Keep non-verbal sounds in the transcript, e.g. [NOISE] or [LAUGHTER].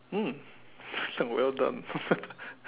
mm well done [LAUGHS]